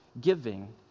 giving